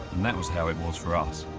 that was how it was for us.